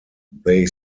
they